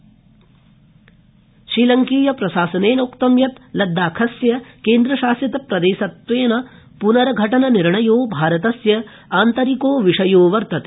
श्रीलंका निर्णय श्रीलङ्कीय प्रशासेनोक्तं यत् लद्दाखस्य केन्द्रशासितप्रदेशत्वेन पुनर्घटन निर्णयो भारतस्य आन्तरिकविषयो वर्तते